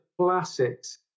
classics